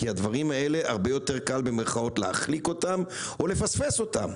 כי הדברים האלה הרבה יותר "קל" להחליק אותם או לפספס אותם.